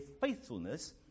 faithfulness